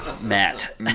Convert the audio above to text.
Matt